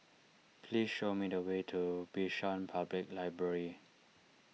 please show me the way to Bishan Public Library